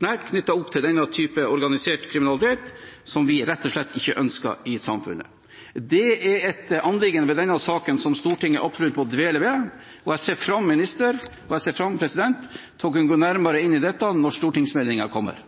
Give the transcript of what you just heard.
nært knyttet opp til denne typen organisert kriminalitet, som vi rett og slett ikke ønsker i samfunnet. Dette er et anliggende ved saken som Stortinget absolutt må dvele ved. Jeg ser fram til, minister og president, å kunne gå nærmere inn i dette når stortingsmeldingen kommer.